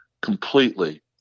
completely